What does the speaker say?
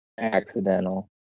accidental